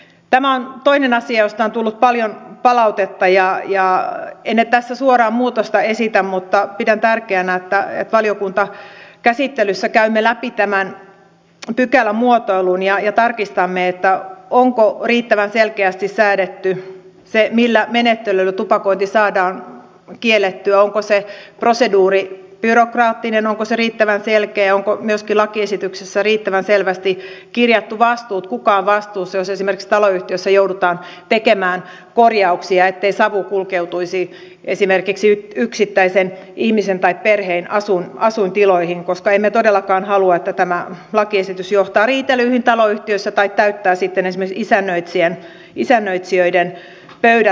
tämä on toinen asia josta on tullut paljon palautetta ja en nyt tässä suoraan muutosta esitä mutta pidän tärkeänä että valiokuntakäsittelyssä käymme läpi tämän pykälämuotoilun ja tarkistamme onko riittävän selkeästi säädetty se millä menettelyllä tupakointi saadaan kiellettyä onko se proseduuri byrokraattinen onko se riittävän selkeä onko myöskin lakiesityksessä riittävän selvästi kirjattu vastuut kuka on vastuussa jos esimerkiksi taloyhtiössä joudutaan tekemään korjauksia ettei savu kulkeutuisi esimerkiksi yksittäisen ihmisen tai perheen asuintiloihin koska emme todellakaan halua että tämä lakiesitys johtaa riitelyihin taloyhtiöissä tai täyttää sitten esimerkiksi isännöitsijöiden pöydät